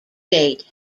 date